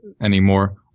anymore